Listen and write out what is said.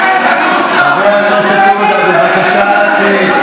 בבקשה לצאת.